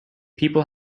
people